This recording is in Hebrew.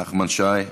נחמן שי,